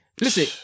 Listen